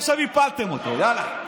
עכשיו הפלתם אותו, יאללה.